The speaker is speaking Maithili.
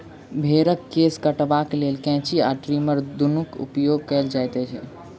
भेंड़क केश कटबाक लेल कैंची आ ट्रीमर दुनूक उपयोग कयल जाइत छै